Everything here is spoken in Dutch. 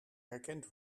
herkent